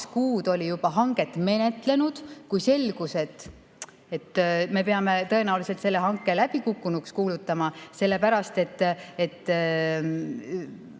kuud juba hanget menetlenud, kui selgus, et me peame tõenäoliselt selle hanke läbikukkunuks kuulutama, sellepärast et